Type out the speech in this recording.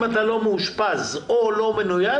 אם אתה לא מאושפז או לא מנויד,